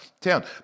town